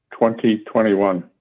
2021